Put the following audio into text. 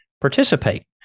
participate